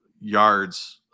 yards